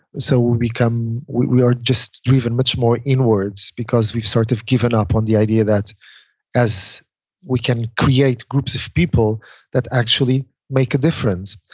so we we are just driven much more inwards because we've sort of given up on the idea that as we can create groups of people that actually make a difference.